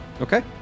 Okay